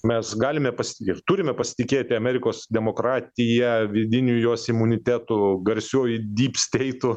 mes galim ja pasitikėt turime pasitikėti amerikos demokratija vidiniu jos imunitetu garsioji dypsteitu